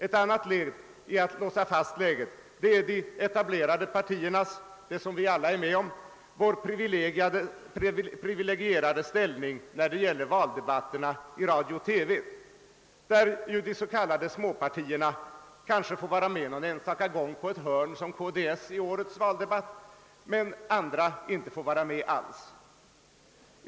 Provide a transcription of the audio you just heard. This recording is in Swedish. Ett annat led i strävandena att låsa fast läget är nämligen de etablerade partiernas priviligierade ställning när det gäller valdebatterna i radio och TV — där de s.k. småpartierna kanske får vara med någon enstaka gång på ett hörn — som t.ex. KDS fick vara i förra årets valdebatt — medan andra inte får vara med alls.